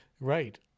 right